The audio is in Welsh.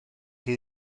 chi